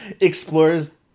explores